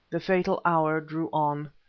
the fatal hour drew on.